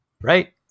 right